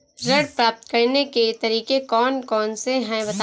ऋण प्राप्त करने के तरीके कौन कौन से हैं बताएँ?